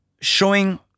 showing